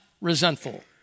resentful